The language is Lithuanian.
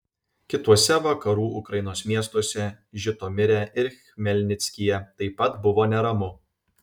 kituose vakarų ukrainos miestuose žitomire ir chmelnickyje taip pat buvo neramu